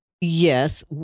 Yes